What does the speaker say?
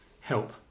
Help